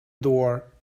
door